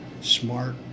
smart